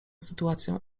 sytuacją